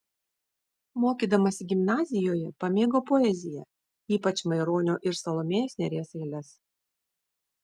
mokydamasi gimnazijoje pamėgau poeziją ypač maironio ir salomėjos nėries eiles